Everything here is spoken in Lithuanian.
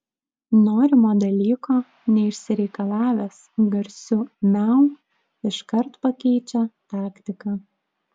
norimo dalyko neišsireikalavęs garsiu miau iškart pakeičia taktiką